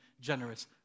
generous